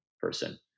person